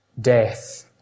Death